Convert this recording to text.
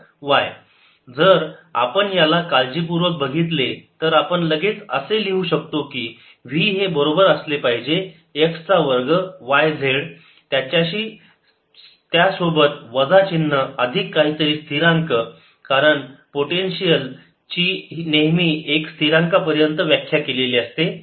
F2xyzix2zjx2yk ∂V∂xFx2xyz ∂V∂yFyx2z ∂V∂z Fzx2y जर आपण याला काळजीपूर्वक बघितले तर आपण लगेच असे लिहू शकतो की v हे बरोबर असले पाहिजे x चा वर्ग yz त्याच्याशी त्यासोबत वजा चिन्ह अधिक काहीतरी स्थिरांक कारण पोटेन्शियल ची नेहमी एका स्थिरांकापर्यंत व्याख्या केलेली असते